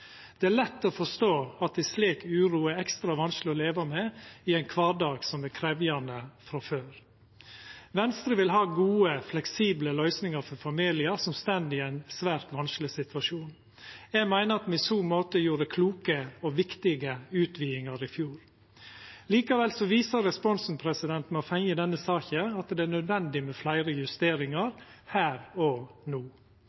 Det er lett å forstå at ei slik uro er ekstra vanskeleg å leva med i ein kvardag som er krevjande frå før. Venstre vil ha gode og fleksible løysingar for familiar som står i ein svært vanskeleg situasjon. Eg meiner at me i så måte gjorde kloke og viktige utvidingar i fjor. Likevel viser responsen me har fått i denne saka, at det er nødvendig med fleire justeringar her og no.